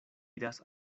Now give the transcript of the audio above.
iras